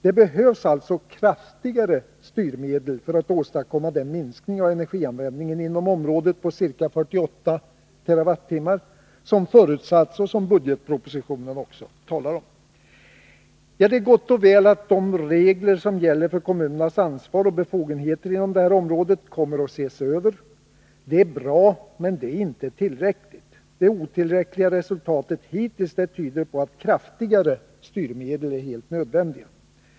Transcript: Det behövs alltså kraftigare styrmedel för att åstadkomma den minskning av energianvändningen inom området på ca 48 TWh som förutsatts och som budgetpropositionen också talar om. Det är gott och väl att de regler som gäller för kommunernas ansvar och befogenheter inom det här området kommer att ses över. Det är bra, men det är inte tillräckligt. Det otillräckliga resultatet hittills tyder på att kraftigare styrmedel är helt nödvändiga.